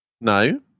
No